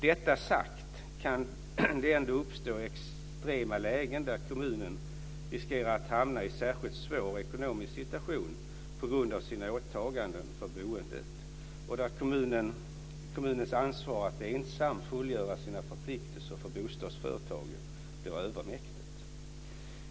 Detta sagt, kan det ändå uppstå extrema lägen där kommunen riskerar att hamna i en särskilt svår ekonomisk situation på grund av sina åtaganden för boendet, och där kommunens ansvar att ensam fullgöra sina förpliktelser för bostadsföretaget blir övermäktigt.